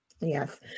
Yes